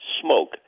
smoke